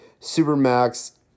Supermax